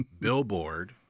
Billboard